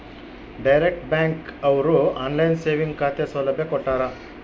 direct bank ಅವ್ರು online saving ಖಾತೆ ಸೌಲಭ್ಯ ಕೊಟ್ಟಾರ